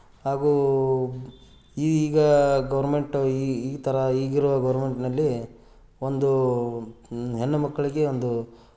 ಹಾಗೂ ಈಗ ಗೌರ್ಮೆಂಟ್ ಈ ಈ ಥರ ಈಗಿರೋ ಗೌರ್ಮೆಂಟಿನಲ್ಲಿ ಒಂದು ಹೆಣ್ಣು ಮಕ್ಕಳಿಗೆ ಒಂದು